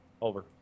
Over